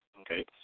okay